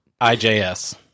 IJS